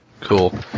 Cool